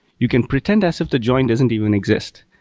you can pretend as if the join doesn't even exist.